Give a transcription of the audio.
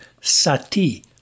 sati